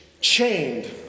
chained